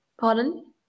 Pardon